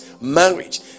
marriage